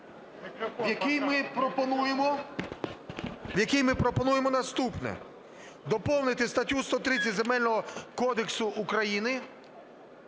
в якій ми пропонуємо наступне: Доповнити статтю 130 Земельного кодексу України